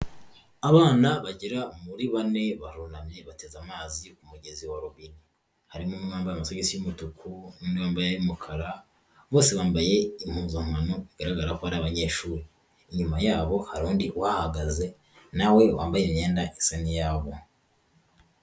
Abana bagera muri bane barunamye bateze amazi ku mugezi wa robine, harimo umwe wambaye amasogisi y'umutuku, n'undi wambaye ay'umukara, bose bambaye impuzankano bigaragara ko ari abanyeshuri, inyuma yabo hari undi uhahagaze, na we wambaye imyenda isa n'iyabo.